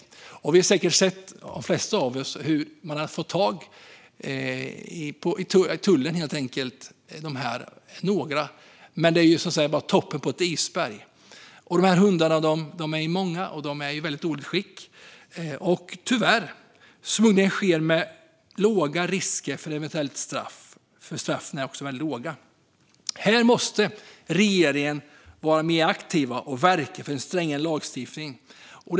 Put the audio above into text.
De flesta av oss har säkert sett hur tullen har fått tag på några av dessa smugglare, men det är ju bara toppen på ett isberg. Hundarna är många, och de är i dåligt skick. Smugglingen sker tyvärr med låg risk för eventuella straff, och straffen är också väldigt låga. Regeringen måste vara mer aktiv och verka för en strängare lagstiftning här.